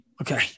Okay